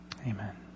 Amen